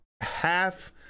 half